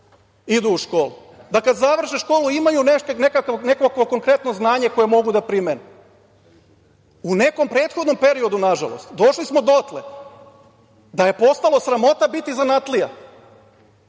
idu u školu, da kada završe školu imaju nekakvo konkretno znanje koje mogu da primene.U nekom prethodnom periodu, nažalost, došli smo dotle da je postalo sramota biti zanatlija,